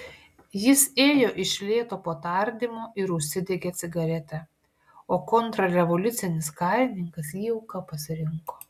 jis ėjo iš lėto po tardymo ir užsidegė cigaretę o kontrrevoliucinis karininkas jį auka pasirinko